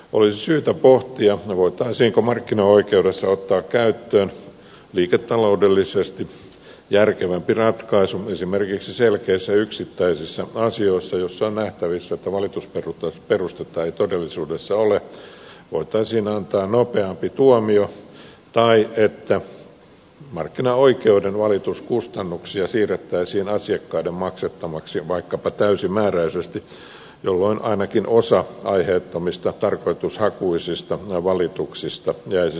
olisi syytä pohtia voitaisiinko markkinaoikeudessa ottaa käyttöön liiketaloudellisesti järkevämpi ratkaisu esimerkiksi selkeissä yksittäisissä asioissa joissa on nähtävissä että valitusperustetta ei todellisuudessa ole voitaisiin antaa nopeampi tuomio tai että markkinaoikeuden valituskustannuksia siirrettäisiin asiakkaiden maksettavaksi vaikkapa täysimääräisesti jolloin ainakin osa aiheettomista tarkoitushakuisista valituksista jäisi syntymättä